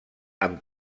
amb